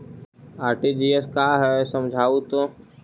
RTGS का है समझाहू तो?